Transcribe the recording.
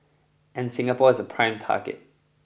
and Singapore is a prime target